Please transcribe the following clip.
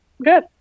Good